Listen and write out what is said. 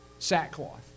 sackcloth